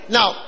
Now